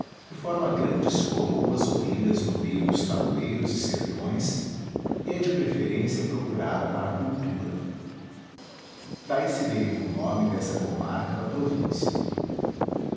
que forma grandes coroas ou ilhas no meio dos tabuleiros e sertões e é de preferência procurada para a cultura daí se deriva o nome dessa comarca da província